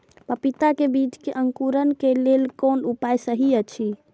पपीता के बीज के अंकुरन क लेल कोन उपाय सहि अछि?